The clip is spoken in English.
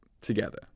together